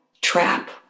trap